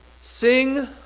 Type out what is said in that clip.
Sing